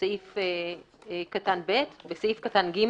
(ב)בסעיף קטן (ג),